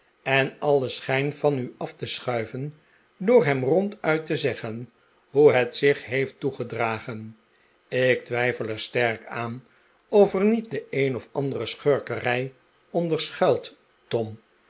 en alien schijn van u af te schuiven door hem ronduit te zeggen hoe het zich heeft toegedragen ik twijfel er sterk aan of er niet de een of andere schurkerij onder schuilt tom